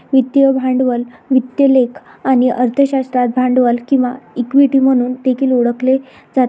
वित्तीय भांडवल वित्त लेखा आणि अर्थशास्त्रात भांडवल किंवा इक्विटी म्हणून देखील ओळखले जाते